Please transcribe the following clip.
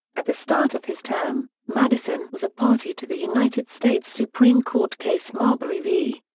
at the start of his term, madison was a party to the united states supreme court case marbury v.